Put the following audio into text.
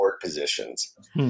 positions